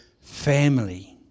family